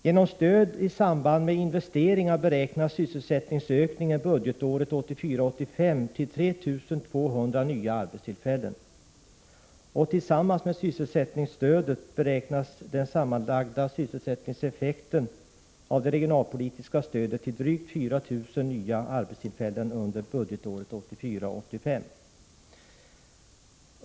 Genom stöd i samband med investeringar beräknas sysselsättningsökningen budgetåret 1984 85.